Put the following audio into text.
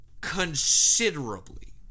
considerably